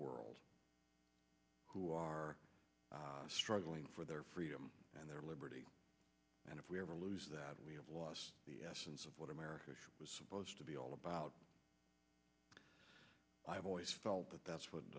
world who are struggling for their freedom and their liberty and if we ever lose that we have lost the essence of what america was supposed to be all about i have always felt that that's wh